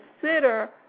consider